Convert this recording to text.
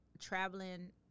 traveling